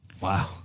wow